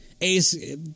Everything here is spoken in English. Ace